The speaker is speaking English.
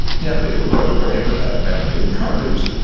yeah, but you'll go to grave with that memory. you probably was,